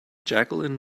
jacqueline